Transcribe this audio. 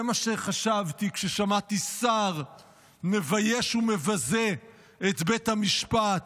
זה מה שחשבתי כששמעתי שר מבייש ומבזה את בית המשפט,